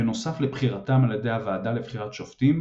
בנוסף לבחירתם על ידי הוועדה לבחירת שופטים,